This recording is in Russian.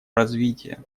развитие